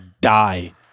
die